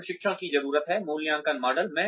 यह प्रशिक्षण की जरूरत है मूल्यांकन मॉडल